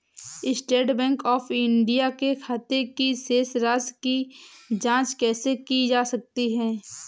State Bank of India के खाते की शेष राशि की जॉंच कैसे की जा सकती है?